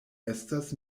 estas